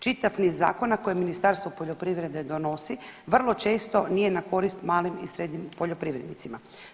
Čitav niz zakona koje Ministarstvo poljoprivrede donosi vrlo često nije na korist malim i srednjim poljoprivrednicima.